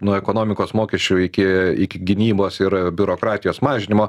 nuo ekonomikos mokesčių iki iki gynybos ir biurokratijos mažinimo